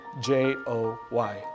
J-O-Y